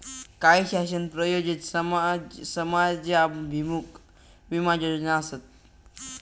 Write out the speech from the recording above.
काही शासन प्रायोजित समाजाभिमुख विमा योजना आसत